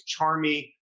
Charmy